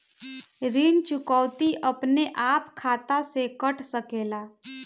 ऋण चुकौती अपने आप खाता से कट सकेला?